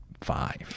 five